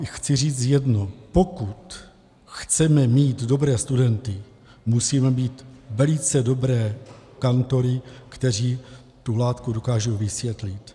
Chci říci jedno, pokud chceme mít dobré studenty, musíme mít velice dobré kantory, kteří tu látku dokážou vysvětlit.